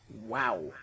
Wow